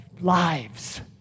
lives